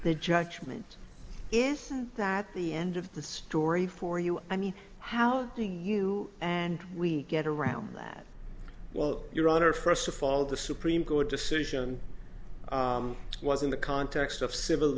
the judgement is that the end of the story for you i mean how do you and we get around that well your honor first of all the supreme court decision was in the context of civil